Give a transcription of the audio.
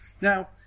Now